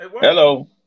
Hello